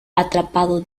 atrapado